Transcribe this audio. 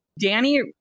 Danny